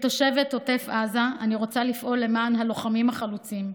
כתושבת עוטף עזה אני רוצה לפעול למען הלוחמים החלוצים,